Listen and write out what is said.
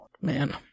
Man